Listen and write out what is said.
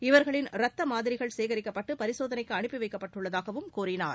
இவர்களின் ரத்த மாதிரிகள் சேகரிக்கப்பட்டு பரிசோதனைக்கு அனுப்பி வைக்கப்பட்டுள்ளதாகவும் கூறினார்